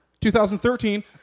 2013